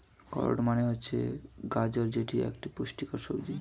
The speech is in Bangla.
ক্যারোট মানে হচ্ছে গাজর যেটি একটি পুষ্টিকর সবজি